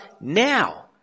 now